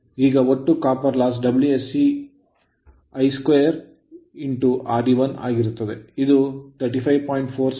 ಆದ್ದರಿಂದ ಈಗ ಒಟ್ಟು copper loss Wsc I12 Re1ಆಗಿರುತ್ತದೆ ಇದು 35